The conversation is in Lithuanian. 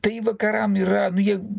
tai vakaram yra nu jie